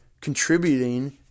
contributing